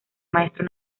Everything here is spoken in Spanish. maestro